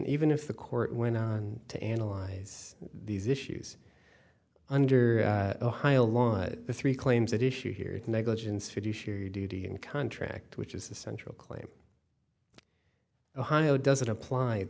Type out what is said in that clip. even if the court went on to analyze these issues under ohio law the three claims that issue here negligence fiduciary duty and contract which is the central claim ohio doesn't apply the